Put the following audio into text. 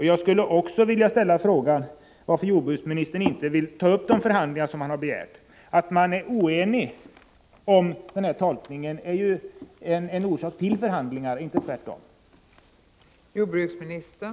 Jag skulle också vilja ställa frågan varför jordbruksministern inte vill ta upp de förhandlingar som jordbruket har begärt. Att man är oense om tolkningen är ju ett skäl för att sätta i gång och förhandla, inte tvärtom.